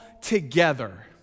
together